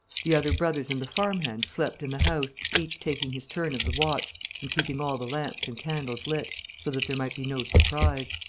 the other brothers and the farm-hands slept in the house, each taking his turn of the watch and keeping all the lamps and candles lit, so that there might be no surprise.